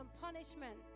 punishment